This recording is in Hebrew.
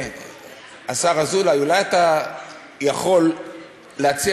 השר אזולאי, אולי אתה יכול להציע